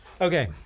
Okay